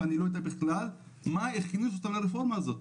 ואני לא יודע בכלל מה החריף את הרפורמה הזאת,